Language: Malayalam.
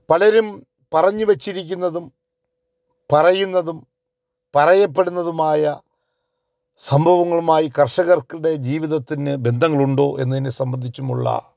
പലരും പറഞ്ഞുവെച്ചിരിക്കുന്നതും പറയുന്നതും പറയപ്പെടുന്നതുമായ സംഭവങ്ങളുമായി കര്ഷകരുടെ ജീവിതത്തിന് ബന്ധങ്ങളുണ്ടോ എന്നതിനെ സംബന്ധിച്ചുമുള്ള